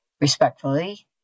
Respectfully